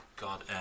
God